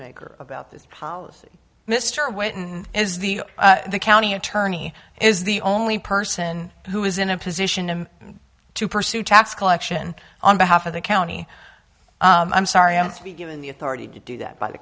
maker about this policy mr whittington is the county attorney is the only person who is in a position to pursue tax collection on behalf of the county i'm sorry i am to be given the authority to do that by the